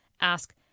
ask